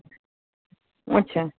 अच्छा